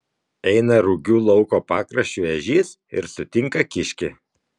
eina rugių lauko pakraščiu ežys ir sutinka kiškį